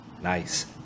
Nice